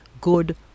good